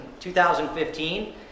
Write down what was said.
2015